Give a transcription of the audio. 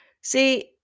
See